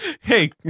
hey